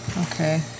Okay